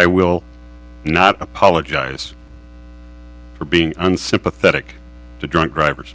i will not apologize for being unsympathetic to drunk drivers